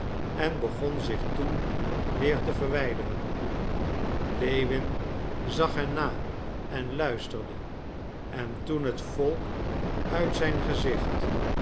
en begon zich toen weer te verwijderen lewin zag hen na en luisterde en toen het volk uit zijn gezicht